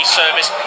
service